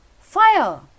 fire